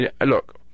Look